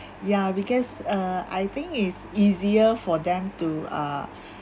yeah because err I think it's easier for them to uh